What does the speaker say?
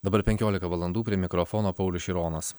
dabar penkiolika valandų prie mikrofono paulius šironas